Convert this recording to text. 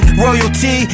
royalty